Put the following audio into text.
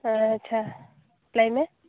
ᱟᱪᱪᱷᱟ ᱞᱟᱹᱭ ᱢᱮ